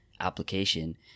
application